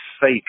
fake